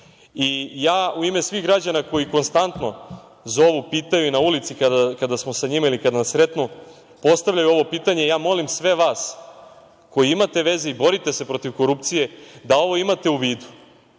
evra.U ime svih građana koji konstantno zovu, pitaju i na ulici kada smo sa njima ili kada nas sretnu postavljaju ovo pitanje i ja molim sve vas koji imate veze i borite se protiv korupcije da ovo imate u vidu,